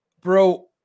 Bro